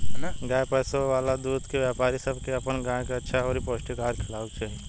गाय पोसे वाला दूध के व्यापारी सब के अपन गाय के अच्छा अउरी पौष्टिक आहार खिलावे के चाही